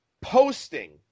posting